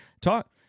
Talk